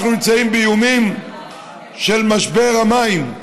אנחנו נמצאים באיומים של משבר המים,